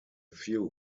few